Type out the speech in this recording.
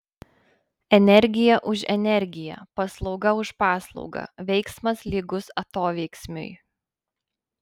energija už energiją paslauga už paslaugą veiksmas lygus atoveiksmiui